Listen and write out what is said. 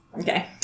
Okay